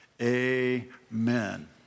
Amen